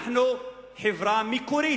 אנחנו חברה מקורית,